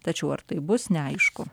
tačiau ar tai bus neaišku